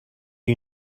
you